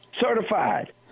Certified